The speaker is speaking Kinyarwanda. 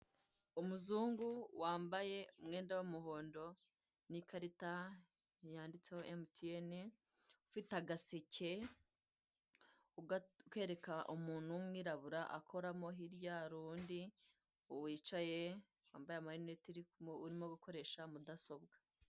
Umuzungu wambaye umwenda w'umuhondo n'ikarita yanditseho Emutiyeni ufite agaseke ukereka umuntu w'umwirabura akoramo, hirya hari undi wicaye wmabaye amarinete urimo gukoresha mudasobwa.